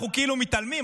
אנחנו כאילו מתעלמים,